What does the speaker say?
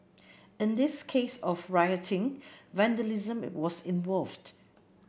in this case of rioting vandalism was involved